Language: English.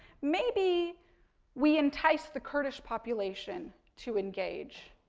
maybe we entice the kurdish population to engage